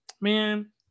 man